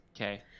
Okay